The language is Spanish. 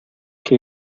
que